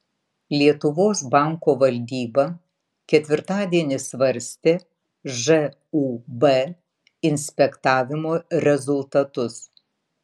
lietuvos banko valdyba ketvirtadienį svarstė žūb inspektavimo rezultatus